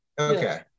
Okay